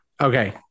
Okay